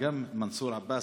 גם מנסור עבאס,